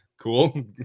cool